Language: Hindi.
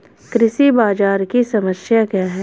कृषि बाजार की समस्या क्या है?